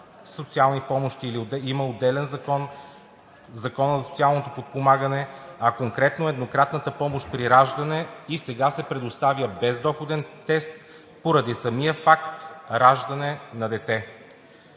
социални помощи. Има отделен Закон – Законът за социалното подпомагане, а конкретно еднократната помощ при раждане и сега се предоставя без доходен тест поради самия факт раждане на дете.